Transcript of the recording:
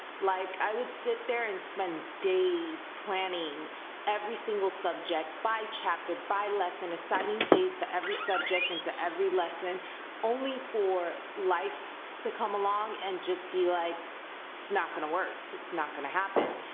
like i would sit there and spend days planning every single subject by chapter, by lesson, assigning days to every subject, and to every lesson only for life to come along and just be, like it's not gonna work, it's not gonna happen,